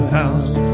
house